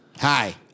Hi